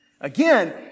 Again